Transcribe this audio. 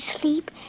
sleep